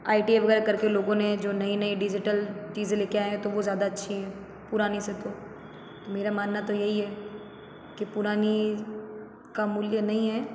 आई T वगैरह करके लोगों ने जो नई नई डिजिटल चीज़ें लेकर आए हैं तो वो ज़्यादा अच्छी हैं पुरानी से तो तो मेरा मानना तो यही है कि पुरानी का मूल्य नहीं है